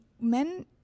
Men